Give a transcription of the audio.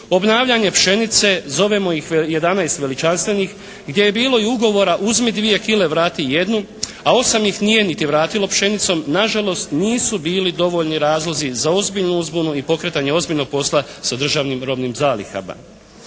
obnavljanje pšenice zovemo ih "11 veličanstvenih" gdje je bilo i ugovora uzmi dvije kile vrati jednu, a osam ih nije niti vratilo pšenicom nažalost nisu bili dovoljni razlozi za ozbiljnu uzbunu i pokretanje ozbiljnog posla sa državnim robnim zalihama.